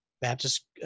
Baptist